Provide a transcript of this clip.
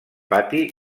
pati